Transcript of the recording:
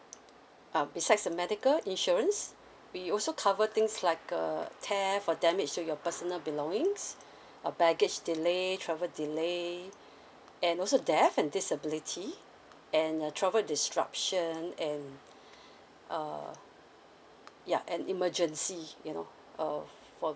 uh besides the medical insurance we also cover things like uh theft for damage to your personal belongings a baggage delay travel delay and also death and disability and a travel disruption and uh ya and emergency you know uh for